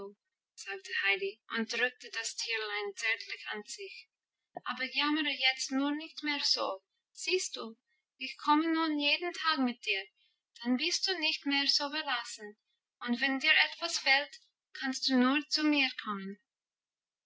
sagte heidi und drückte das tierlein zärtlich an sich aber jammere jetzt nur nicht mehr so siehst du ich komme nun jeden tag mit dir dann bist du nicht mehr so verlassen und wenn dir etwas fehlt kannst du nur zu mir kommen